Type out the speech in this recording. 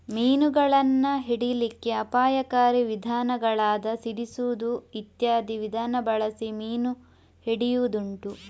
ಮೀನುಗಳನ್ನ ಹಿಡೀಲಿಕ್ಕೆ ಅಪಾಯಕಾರಿ ವಿಧಾನಗಳಾದ ಸಿಡಿಸುದು ಇತ್ಯಾದಿ ವಿಧಾನ ಬಳಸಿ ಮೀನು ಹಿಡಿಯುದುಂಟು